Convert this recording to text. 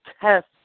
test